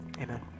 amen